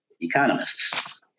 economists